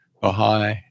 Baha'i